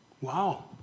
Wow